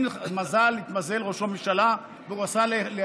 אם התמזל מזלו של ראש הממשלה והוא עשה לנפשו,